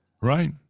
Right